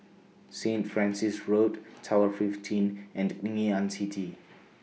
Saint Francis Road Tower fifteen and Ngee Ann City